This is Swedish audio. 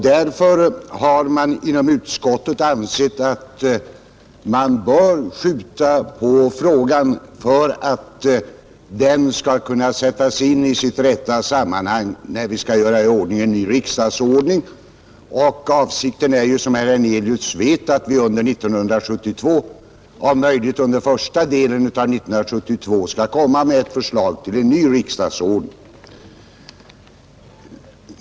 Därför har utskottsmajoriteten ansett att vi bör skjuta på frågan för att den skall kunna sättas in i sitt rätta sammanhang när vi skall utarbeta en ny riksdagsordning. Avsikten är, som herr Hernelius vet, att om möjligt under första delen av 1972 skall framläggas förslag till en ny riksdagsordning.